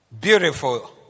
Beautiful